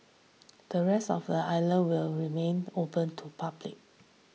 the rest of the island will remain open to public